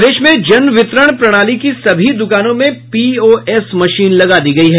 प्रदेश में जनवितरण प्रणाली की सभी दुकानों में पीओएस मशीन लगा दी गयी है